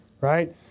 right